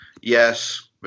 yes